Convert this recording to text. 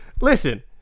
Listen